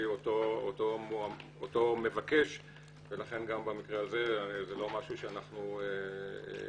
אותו מבקש ולכן גם במקרה הזה זה לא משהו שאנחנו נבקש.